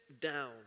down